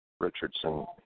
Richardson